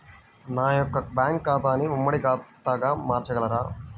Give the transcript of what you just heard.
నా యొక్క బ్యాంకు ఖాతాని ఉమ్మడి ఖాతాగా మార్చగలరా?